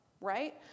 right